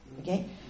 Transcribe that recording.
Okay